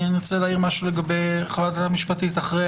אעיר אחרי